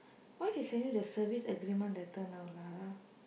why they send you their service agreement letter now lah